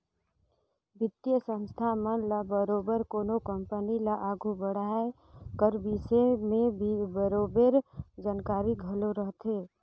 बित्तीय संस्था मन ल बरोबेर कोनो कंपनी ल आघु बढ़ाए कर बिसे में बरोबेर जानकारी घलो रहथे